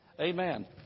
Amen